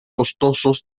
costosos